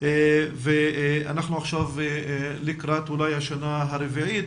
ואנחנו עכשיו לקראת אולי השנה הרביעית